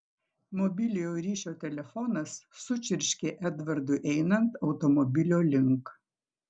mobiliojo ryšio telefonas sučirškė edvardui einant automobilio link